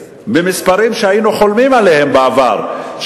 במספרים שהיינו חולמים עליהם בעבר,